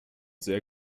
sehr